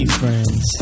friends